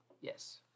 Yes